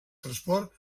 transport